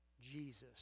Jesus